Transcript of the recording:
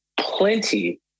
plenty